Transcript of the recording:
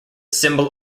symbol